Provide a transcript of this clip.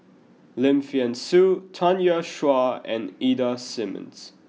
Lim Thean Soo Tanya Chua and Ida Simmons